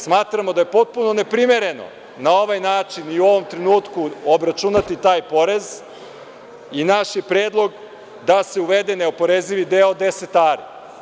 Smatramo da je potpuno neprimereno da na ovaj način i u ovom trenutku obračunate taj porez i naš je predlog da se uvede neoporezivi deo od 10 ari.